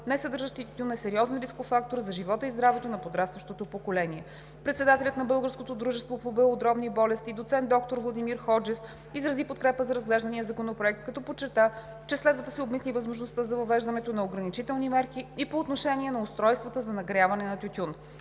несъдържащи тютюн, е сериозен рисков фактор за живота и здравето на подрастващото поколение. Председателят на Българското дружество по белодробни болести – доцент доктор Владимир Ходжев, изрази подкрепа за разглеждания Законопроект, като подчерта, че следва да се обмисли възможността за въвеждането на ограничителни мерки и по отношение на устройствата за нагряване на тютюн.